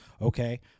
okay